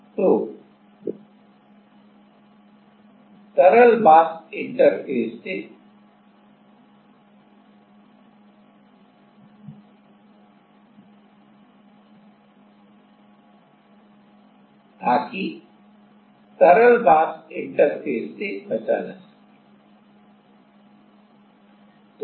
तो ताकि तरल वाष्प इंटरफ़ेस से बचा जा सके